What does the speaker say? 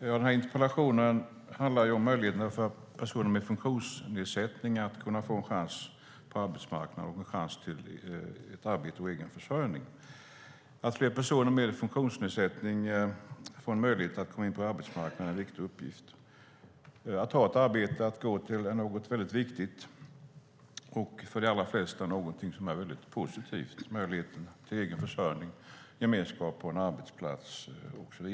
Den här interpellationen handlar om att personer med funktionsnedsättning ska kunna få en chans på arbetsmarknaden och en chans till arbete och egen försörjning. Att se till att fler personer med funktionsnedsättning får en möjlighet att komma in på arbetsmarknaden är en viktig uppgift. Att ha ett arbete att gå till är något väldigt viktigt och för de allra flesta någonting som är positivt, möjligheten till egen försörjning, gemenskap, en arbetsplats och så vidare.